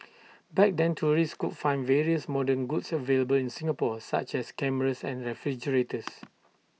back then tourists could find various modern goods available in Singapore such as cameras and refrigerators